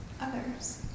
Others